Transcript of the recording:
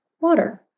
water